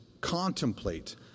contemplate